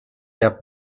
der